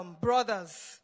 brothers